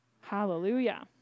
Hallelujah